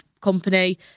company